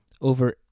over